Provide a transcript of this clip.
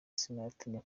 sinatinya